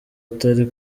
utari